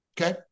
Okay